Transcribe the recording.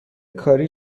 کاری